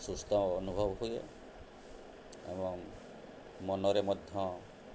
ସୁସ୍ଥ ଅନୁଭବ ହୁଏ ଏବଂ ମନରେ ମଧ୍ୟ